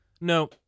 No